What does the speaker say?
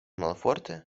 malforta